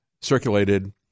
circulated